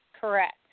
Correct